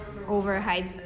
overhyped